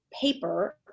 paper